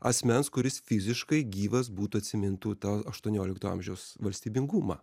asmens kuris fiziškai gyvas būtų atsimintų tą aštuoniolikto amžiaus valstybingumą